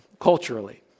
culturally